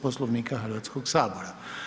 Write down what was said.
Poslovnika Hrvatskoga sabora.